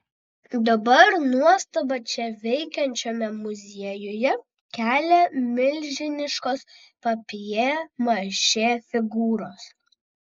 dabar nuostabą čia veikiančiame muziejuje kelia milžiniškos papjė mašė figūros